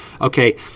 Okay